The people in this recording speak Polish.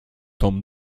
tom